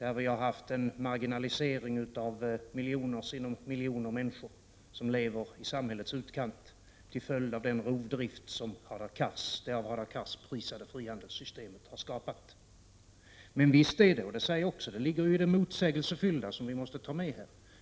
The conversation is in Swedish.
Vi har där haft en marginalisering av miljoner människor som lever i samhällets utkant till följd av den rovdrift som det av Hadar Cars prisade frihandelssystemet har skapat. Det ligger dock i det motsägelsefulla som vi måste ta med här.